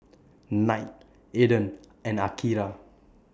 Knight Aden and Akira